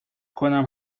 کنم